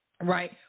Right